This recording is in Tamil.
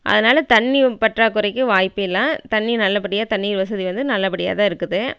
அதனால் தண்ணி பற்றாக்குறைக்கு வாய்ப்பே இல்லை தண்ணி நல்லபடியாக தண்ணீர் வசதி வந்து நல்லபடியாக தான் இருக்குது